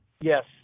Yes